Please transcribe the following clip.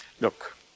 Look